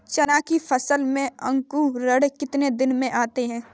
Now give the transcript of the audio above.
चना की फसल में अंकुरण कितने दिन में आते हैं?